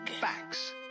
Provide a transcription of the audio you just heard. Facts